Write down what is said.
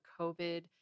COVID